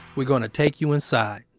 we're gonna take you inside.